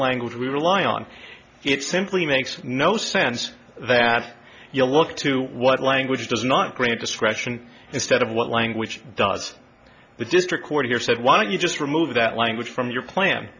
language we rely on it simply makes no sense that you look to what language does not grant discretion instead of what language does the district court here said why don't you just remove that language from your plan